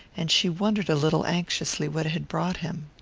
and she wondered a little anxiously what had brought him.